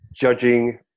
judging